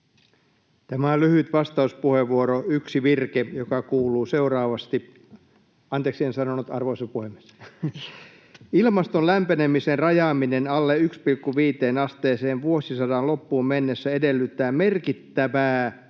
Tämä on lyhyt vastauspuheenvuoro, yksi virke, joka kuuluu seuraavasti — anteeksi, en sanonut ”arvoisa puhemies”: ”Ilmaston lämpenemisen rajaaminen alle 1,5 asteeseen vuosisadan loppuun mennessä edellyttää merkittävää